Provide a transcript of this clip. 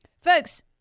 Folks